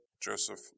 Joseph